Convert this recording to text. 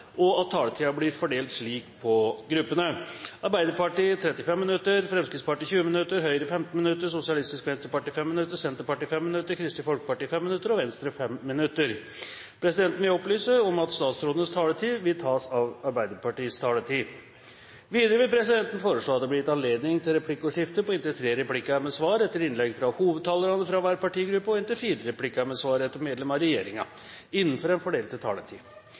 og at taletiden blir fordelt slik på gruppene: Arbeiderpartiet 35 minutter, Fremskrittspartiet 20 minutter, Høyre 15 minutter, Sosialistisk Venstreparti 5 minutter, Senterpartiet 5 minutter, Kristelig Folkeparti 5 minutter og Venstre 5 minutter. Presidenten vil opplyse om at statsrådenes taletid vil tas av Arbeiderpartiets taletid. Videre vil presidenten foreslå at det blir gitt anledning til replikkordskifte på inntil tre replikker med svar etter innlegg fra hovedtalerne fra hver partigruppe og inntil fire replikker med svar etter medlem av regjeringen innenfor den fordelte taletid.